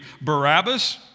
Barabbas